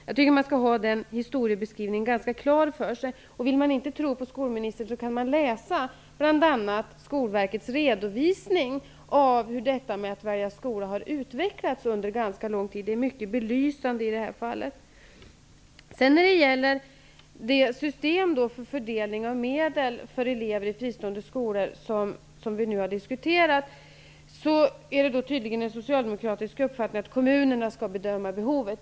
Jag tycker att man skall ha den historieskrivningen klar för sig. Om man inte vill tro på skolministern kan man läsa Skolverkets redovisning om hur frågan om att välja skola har utvecklats under lång tid. Den är mycket belysande. Vidare har vi frågan om systemet för fördelning av medel för elever i fristående skolor. Det är tydligen en socialdemokratisk uppfattning att kommunerna skall bedöma behoven.